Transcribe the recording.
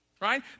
right